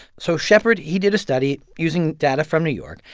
so sheppard he did a study using data from new york,